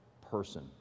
person